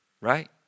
right